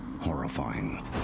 horrifying